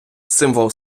символ